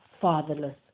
fatherless